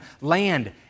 land